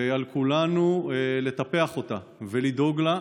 ועל כולנו לטפח אותה ולדאוג לה,